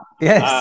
Yes